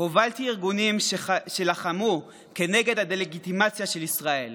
הובלתי ארגונים שלחמו נגד הדה-לגיטימציה של ישראל.